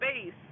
space